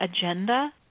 agenda